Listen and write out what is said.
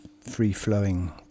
free-flowing